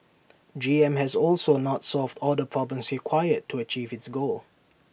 G M has also not solved all the problems required to achieve its goal